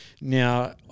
Now